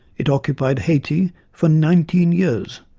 it occupied haiti for nineteen years,